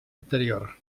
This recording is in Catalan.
anterior